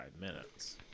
minutes